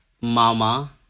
Mama